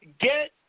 Get